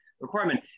Requirement